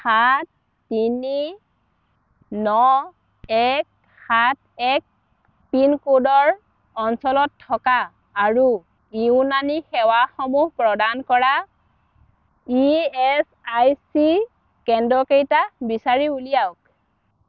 সাত তিনি ন এক সাত এক পিন ক'ডৰ অঞ্চলত থকা আৰু ইউনানী সেৱাসমূহ প্ৰদান কৰা ই এচ আই চি কেন্দ্ৰকেইটা বিচাৰি উলিয়াওক